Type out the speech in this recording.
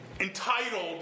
entitled